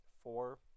four